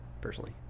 personally